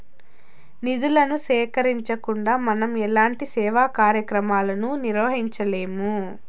నిధులను సేకరించకుండా మనం ఎలాంటి సేవా కార్యక్రమాలను నిర్వహించలేము